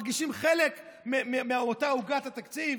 מרגישים חלק מאותה עוגת התקציב.